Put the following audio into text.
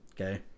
Okay